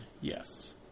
Yes